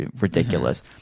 ridiculous